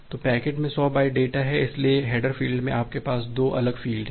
तो पैकेट में 100 byte data है इसलिए हेडर फ़ील्ड में आपके पास 2 अलग फ़ील्ड हैं